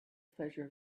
pleasure